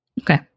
Okay